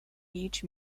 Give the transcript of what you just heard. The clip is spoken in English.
beach